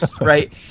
right